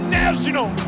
national